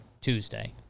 Tuesday